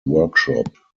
workshop